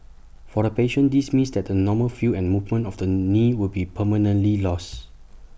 for the patient this means that the normal feel and movement of the knee will be permanently lost